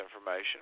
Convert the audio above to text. information